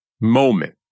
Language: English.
moment